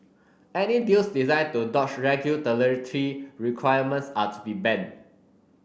any deals designed to dodge requirements are to be banned